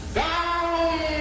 down